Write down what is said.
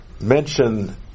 mention